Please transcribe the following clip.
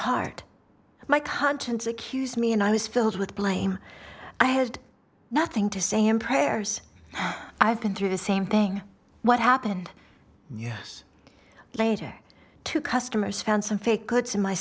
heart my conscience accused me and i was filled with blame i had nothing to say in prayers i've been through the same thing what happened yes later to customers found some fake goods in my